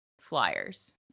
Flyers